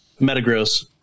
metagross